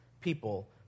people